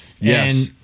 Yes